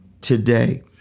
today